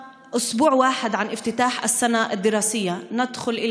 (אומרת דברים בשפה הערבית, להלן תרגומם: